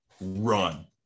run